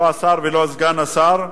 לא השר ולא סגן השר.